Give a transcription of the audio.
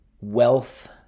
Wealth